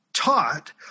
taught